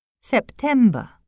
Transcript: September